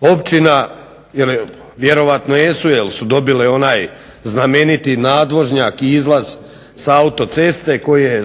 općina, vjerojatno jesu jer su dobile onaj znameniti nadvožnjak i izlaz sa autoceste koji je